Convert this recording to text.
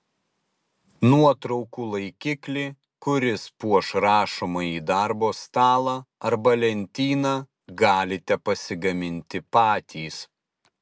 nuotraukų laikiklį kuris puoš rašomąjį darbo stalą arba lentyną galite pasigaminti patys